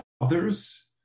others